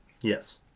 Yes